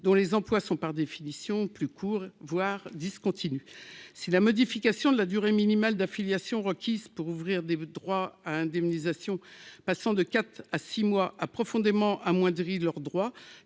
dont les emplois sont par définition plus court, voire discontinue si la modification de la durée minimale d'affiliation requise pour ouvrir des droits à indemnisation, passant de 4 à 6 mois a profondément amoindri leurs droits,